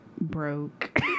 broke